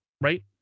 right